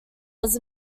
was